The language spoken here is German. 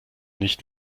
nicht